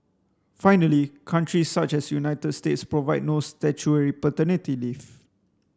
finally countries such as United States provide no statutory paternity leave